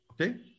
Okay